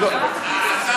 היא לא, השר